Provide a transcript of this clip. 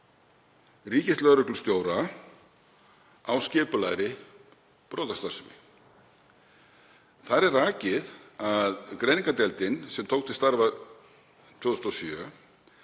ríkislögreglustjóra á skipulagðri brotastarfsemi. Þar er rakið að greiningardeildin, sem tók til starfa 2007,